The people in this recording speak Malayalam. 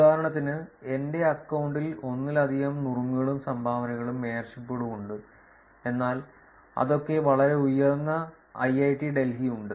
ഉദാഹരണത്തിന് എന്റെ അക്കൌണ്ടിൽ ഒന്നിലധികം നുറുങ്ങുകളും സംഭാവനകളും മേയർഷിപ്പുകളും ഉണ്ട് എന്നാൽ അതൊക്കെ വളരെ ഉയർന്ന ഐഐഐടി ഡൽഹി ഉണ്ട്